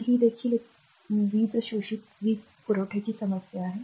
तर ही देखील वीजशोषित वीज पुरवठ्याची समस्या आहे